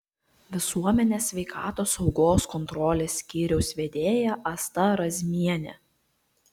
visuomenės sveikatos saugos kontrolės skyriaus vedėja asta razmienė